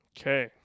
Okay